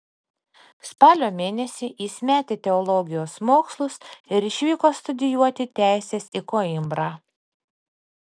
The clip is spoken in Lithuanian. spalio mėnesį jis metė teologijos mokslus ir išvyko studijuoti teisės į koimbrą